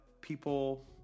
people